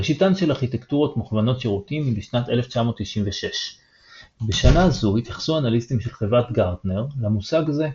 ראשיתן של ארכיטקטורות מוכוונות שירותים היא בשנת 1996. בשנה זו התייחסו אנליסטים של חברת Gartner למושג זה.